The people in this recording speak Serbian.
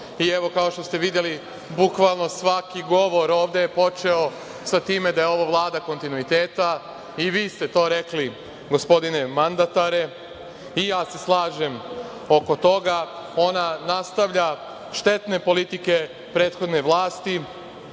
i, evo, kao što ste videli, bukvalno svaki govor ovde je počeo sa time da je ovo Vlada kontinuiteta i vi ste to rekli, gospodine mandatare. Ja se slažem oko toga. Ona nastavlja štetne politike prethodne vlasti.U